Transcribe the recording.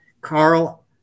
Carl